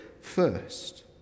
first